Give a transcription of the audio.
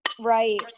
Right